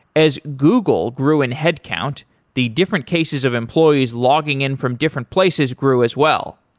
as google grew in headcount, the different cases of employees logging in from different places grew as well.